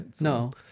No